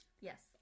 Yes